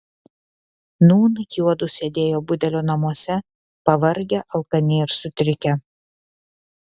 nūn juodu sėdėjo budelio namuose pavargę alkani ir sutrikę